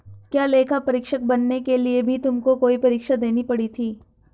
क्या लेखा परीक्षक बनने के लिए भी तुमको कोई परीक्षा देनी पड़ी थी?